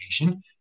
information